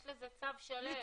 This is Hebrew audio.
יש לזה צו שלם.